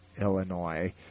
Illinois